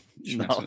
No